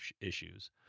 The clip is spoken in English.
issues